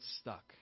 stuck